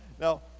Now